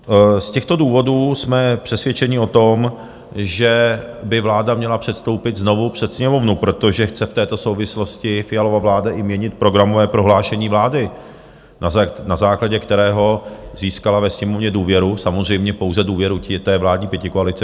Z těchto důvodů jsme přesvědčeni o tom, že by vláda měla předstoupit znovu před Sněmovnu, protože chce v této souvislosti Fialova vláda i měnit programové prohlášení vlády, na základě kterého získala ve Sněmovně důvěru, samozřejmě pouze důvěru vládní pětikoalice.